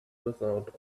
without